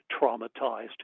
traumatized